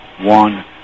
one